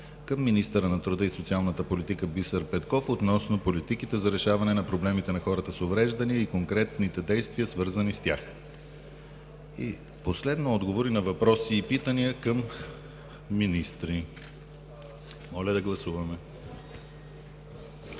към министъра на труда и социалната политика Бисер Петков относно политиките за решаване на проблемите на хората с увреждания и конкретните действия, свързани с тях; и последно – отговори на въпроси и питания към министри. Моля да гласуваме.